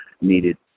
needed